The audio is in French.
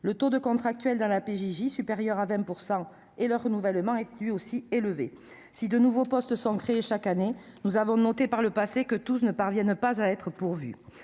Le taux de contractuels dans la PJJ, supérieur à 20 %, et celui de leur renouvellement sont eux aussi élevés. Si de nouveaux postes sont créés chaque année, nous avons noté, par le passé, que tous ne parviennent pas à être pourvus.